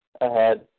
ahead